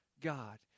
God